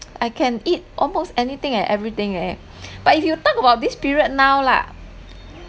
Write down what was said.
I can eat almost anything and everything eh but if you talk about this period now lah